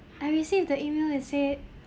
I received the email they said